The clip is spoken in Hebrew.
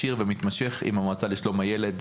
ישיר ומתמשך עם המועצה לשלום הילד,